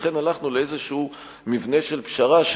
לכן הלכנו לאיזשהו מבנה של פשרה,